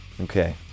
Okay